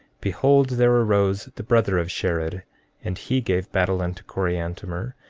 behold, there arose the brother of shared and he gave battle unto coriantumr,